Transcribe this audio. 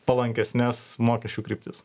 palankesnes mokesčių kryptis